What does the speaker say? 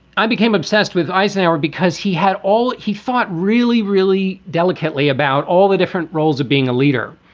i became obsessed with eisenhower because he had all he thought really, really delicately about all the different roles of being a leader.